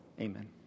Amen